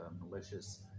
malicious